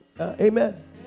amen